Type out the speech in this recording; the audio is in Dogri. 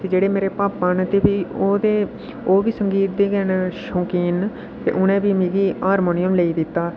ते मेरे पापा न ते ओह् बी ओह् ते संगीत दे गै न शौकीन न ते उ'नें बी गै मिकी हारमौनियम लेई दित्ता